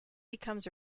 becomes